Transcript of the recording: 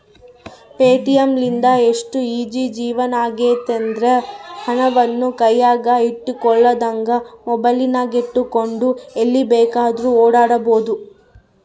Paytm ಲಿಂದ ಎಷ್ಟು easy ಜೀವನವಾಗೆತೆಂದ್ರ, ಹಣವನ್ನು ಕೈಯಗ ಇಟ್ಟುಕೊಳ್ಳದಂಗ ಮೊಬೈಲಿನಗೆಟ್ಟುಕೊಂಡು ಎಲ್ಲಿ ಬೇಕಾದ್ರೂ ಓಡಾಡಬೊದು